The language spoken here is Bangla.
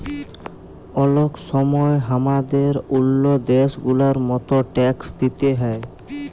অলেক সময় হামাদের ওল্ল দ্যাশ গুলার মত ট্যাক্স দিতে হ্যয়